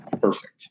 perfect